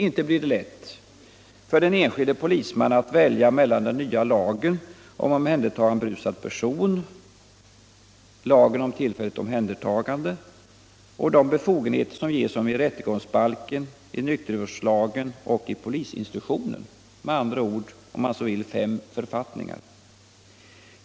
Inte blir det lätt för den enskilde polismannen att välja mellan den nya lagen om omhändertagande av berusad person, lagen om tillfälligt omhändertagande och de befogeneter som ges honom i rättegångsbalken, i nykterhetsvårdslagen och i polisinstruktionen, med andra ord, om man så vill, fem författningar.